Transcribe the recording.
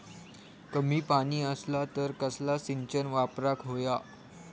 कमी पाणी असला तर कसला सिंचन वापराक होया?